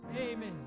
Amen